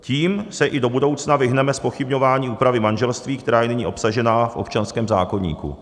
Tím se i do budoucna vyhneme zpochybňování úpravy manželství, která je nyní obsažena v občanském zákoníku.